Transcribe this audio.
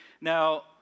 Now